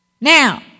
Now